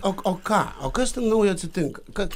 o o ką o kas ten naujo atsitinka kad